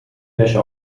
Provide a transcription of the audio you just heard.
wäsche